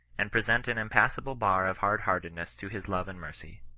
and present an impassable bar of hardheartedness to his love and mercy.